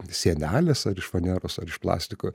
sienelės ar iš faneros ar iš plastiko